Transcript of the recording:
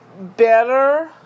better